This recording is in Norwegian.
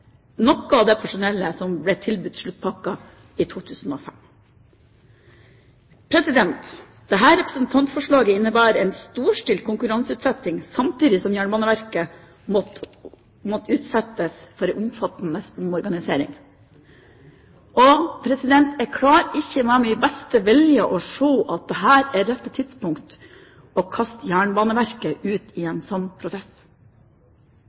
noe av det personellet ble tilbudt sluttpakker i 2005. Dette representantforslaget innebærer en storstilt konkurranseutsetting, samtidig som Jernbaneverket vil måtte utsettes for en omfattende omorganisering. Jeg klarer ikke med min beste vilje å se at dette er det rette tidspunktet for å kaste Jernbaneverket ut i en sånn prosess.